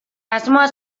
asmoa